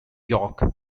yolk